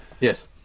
Yes